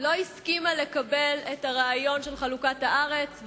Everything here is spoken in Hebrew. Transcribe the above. לא הסכימה לקבל את הרעיון של חלוקת הארץ,